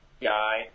guy